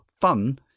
fun